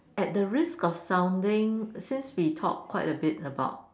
at the risk of sounding since we talk quite a bit about